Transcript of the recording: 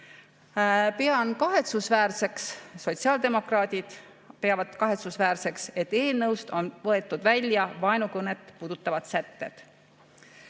Pean kahetsusväärseks, teisedki sotsiaaldemokraadid peavad kahetsusväärseks, et eelnõust on võetud välja vaenukõnet puudutavad sätted.